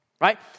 right